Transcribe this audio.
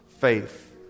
faith